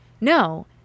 no